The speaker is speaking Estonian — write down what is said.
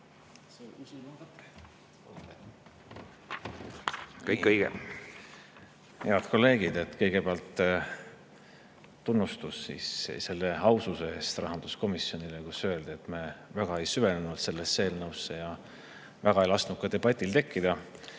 eelnõu! Head kolleegid! Kõigepealt tunnustus selle aususe eest rahanduskomisjonile, et öeldi, et me väga ei süvenenud sellesse eelnõusse ja väga ei lasknud ka debatil tekkida.